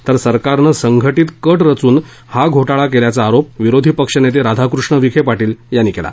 तर सरकारनं संघटित कट रचून हा घोटाळा केल्याचा आरोप विरोधी पक्ष नेते राधाकृष्ण विखे पाटील यांनी केला